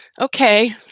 okay